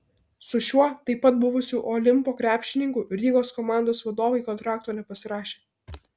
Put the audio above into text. su šiuo taip pat buvusiu olimpo krepšininku rygos komandos vadovai kontrakto nepasirašė